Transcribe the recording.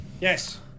Yes